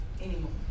anymore